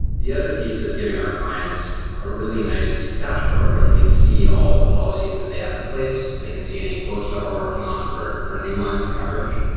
the other piece is giving our clients a really nice dashboard where they can see all of the policies that they have in place. they can see any quotes that were working on for for new lines of coverage,